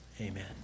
Amen